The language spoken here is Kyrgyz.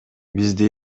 бизде